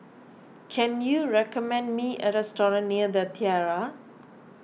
can you recommend me a restaurant near the Tiara